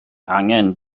angen